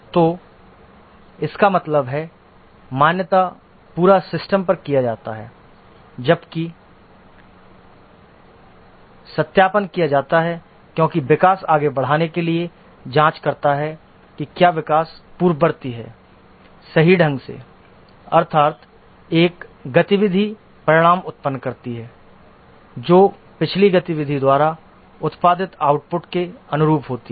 तो इसका मतलब है मान्यता पूरा सिस्टम पर किया जाता है जबकि सत्यापन किया जाता है क्योंकि विकास आगे बढ़ने के लिए जाँच करता है कि क्या विकास पूर्ववर्ती है सही ढंग से अर्थात् एक गतिविधि परिणाम उत्पन्न करती है जो पिछली गतिविधि द्वारा उत्पादित आउटपुट के अनुरूप होती है